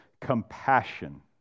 compassion